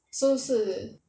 so 是